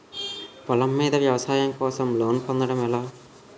పొలం మీద వ్యవసాయం కోసం లోన్ పొందటం ఎలా?